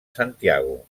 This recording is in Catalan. santiago